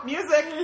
Music